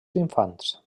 infants